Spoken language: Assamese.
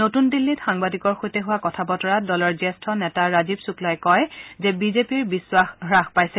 নতুন দিল্লীত সাংবাদিকৰ সৈতে হোৱা কথা বতৰাত দলৰ জ্যেষ্ঠ নেতা ৰাজীৱ শুক্লাই কয় যে বিজেপিৰ বিশ্বাস হ্যাস পাইছে